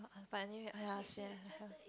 but anyway !aiya! sian